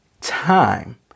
time